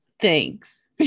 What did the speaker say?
thanks